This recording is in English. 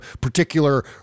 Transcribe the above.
particular